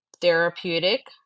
therapeutic